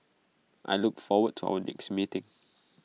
I look forward to our next meeting